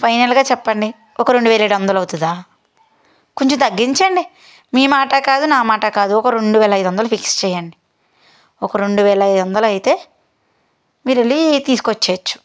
ఫైనల్గా చెప్పండి ఒక రెండువేల ఏడు వందలు అవుతుందా కొంచెం తగ్గించండి మీ మాటకాదు నా మాటకాదు ఒక రెండువేల ఐదు వందలకు ఫిక్స్ చేయండి ఒక రెండువేల ఐదు వందలు అయితే మీరు వెళ్ళి తీసుకు వచ్చేయచ్చు